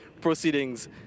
proceedings